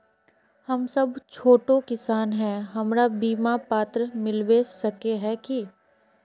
हम सब छोटो किसान है हमरा बिमा पात्र मिलबे सके है की?